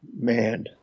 Man